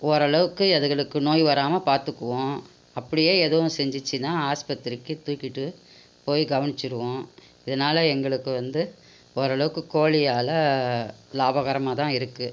ஓரளவுக்கு அதுகளுக்கு நோய் வராம பார்த்துக்குவோம் அப்படியே எதுவும் செஞ்சுச்சின்னா ஹாஸ்பத்திரிக்கு தூக்கிகிட்டு போய் கவனிச்சிடுவோம் இதனால எங்களுக்கு வந்து ஓரளவுக்கு கோழியால் லாபகரமாதான் இருக்கு